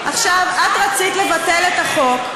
עכשיו, את רצית לבטל את החוק.